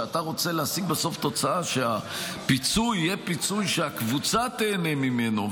שאתה רוצה להשיג בסוף תוצאה שבה הפיצוי יהיה פיצוי שהקבוצה תיהנה ממנו,